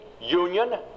Union